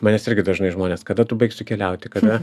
manęs irgi dažnai žmonės kada tu baigsi keliauti kada